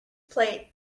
plate